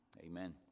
Amen